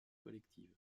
collectives